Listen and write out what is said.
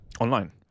Online